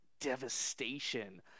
devastation